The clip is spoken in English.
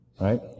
right